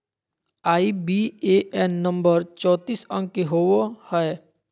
IBAN number चौतीस अंक के होवो हय